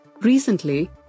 Recently